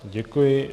Děkuji.